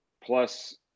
plus